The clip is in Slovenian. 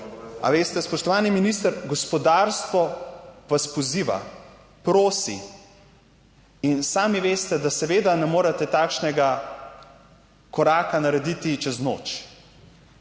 Spoštovani minister, gospodarstvo vas poziva, prosi, sami veste, da seveda ne morete takšnega koraka narediti čez noč,